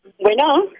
Bueno